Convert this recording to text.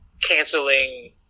canceling